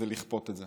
זה לכפות את זה.